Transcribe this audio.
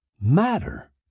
matter